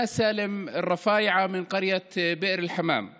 (אומר דברים בשפה הערבית